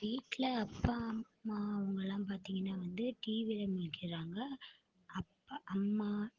வீட்டில் அப்பா அம்மா அவங்களாம் பார்த்திங்கனா வந்து டிவியில மூழ்கிறாங்க அப்பா அம்மா